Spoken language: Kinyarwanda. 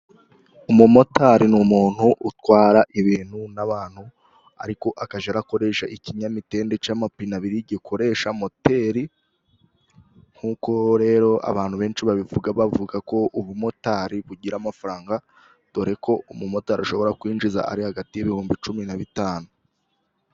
Umumotari ni umuntu utwara ibintu n'abantu ariko akajya arakoresha ikinyamitende cy'amapine abiri gikoresha moteri, nk' uko rero abantu benshi babivuga bavugako ubumotari bugira amafaranga, doreko umumotari ashobora kwinjiza ari hagati y'ibihumbi cumi na bitanu.